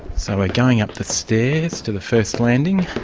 so we're going up the stairs to the first landing